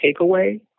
takeaway